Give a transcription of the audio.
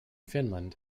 finland